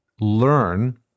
learn